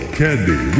candy